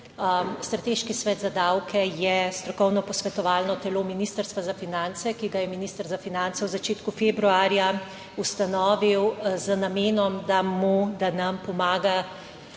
Strateški svet za davke je strokovno posvetovalno telo ministrstva za finance, ki ga je minister za finance v začetku februarja ustanovil z namenom, da nam pomaga,